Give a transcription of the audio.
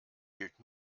gilt